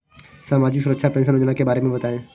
सामाजिक सुरक्षा पेंशन योजना के बारे में बताएँ?